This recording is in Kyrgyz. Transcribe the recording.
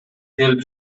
келип